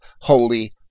holy